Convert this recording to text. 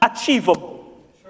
achievable